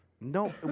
No